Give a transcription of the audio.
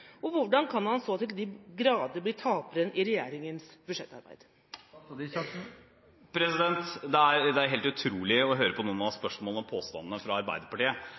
og hvordan kan han så til de grader bli taperen i regjeringas budsjettarbeid? Det er helt utrolig å høre på noen av spørsmålene og påstandene fra Arbeiderpartiet.